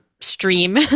stream